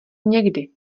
někdy